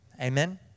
Amen